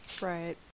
Right